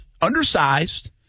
undersized